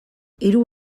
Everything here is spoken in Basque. hiru